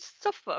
suffer